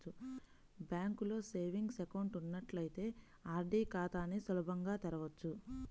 బ్యాంకులో savings account ఉన్నట్లయితే RD ఖాతాని సులభంగా తెరవచ్చు